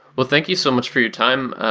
but thank you so much for your time,